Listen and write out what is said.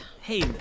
Hey